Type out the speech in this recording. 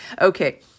Okay